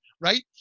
right